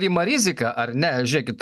rima rizika ar ne žiūrėkit